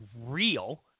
real